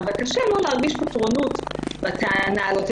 אבל קשה לא להרגיש פטרונות בטענה הזאת,